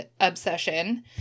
obsession